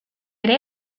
ere